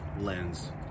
lens